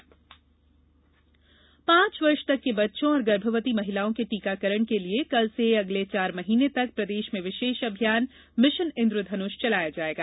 mission Indradhanush पाँच वर्ष तक के बच्चों और गर्भवती महिलाओं के टीकाकरण के लिए कल से आगामी चार माह तक प्रदेश में विशेष अभियान मिशन इन्द्रधन्ष चलाया जायेगा